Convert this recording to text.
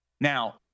Now